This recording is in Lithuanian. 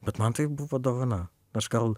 bet man tai buvo dovana aš gal